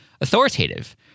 authoritative